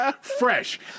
Fresh